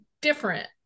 different